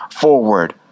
forward